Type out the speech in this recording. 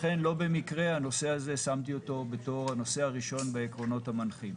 לכן לא במקרה שמתי את הנושא הזה בתור הנושא הראשון בעקרונות המנחים.